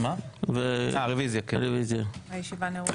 הישיבה נעולה.